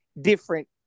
different